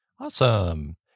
Awesome